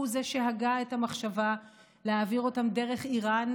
הוא זה שהגה את המחשבה להעביר אותם דרך איראן,